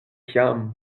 kiam